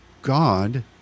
God